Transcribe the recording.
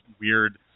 weird